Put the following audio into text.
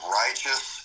righteous